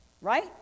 right